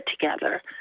together